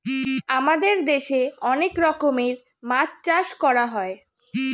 আমাদের দেশে অনেক রকমের মাছ চাষ করা হয়